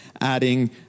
adding